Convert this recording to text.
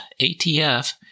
ATF